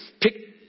pick